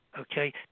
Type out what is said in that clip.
okay